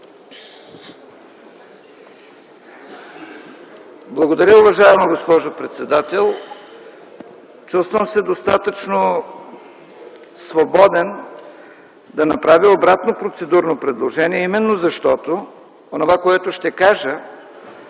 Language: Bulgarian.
Благодаря. Уважаема госпожо председател, чувствам се достатъчно свободен да направя обратно процедурно предложение, именно защото онова, което ще кажа,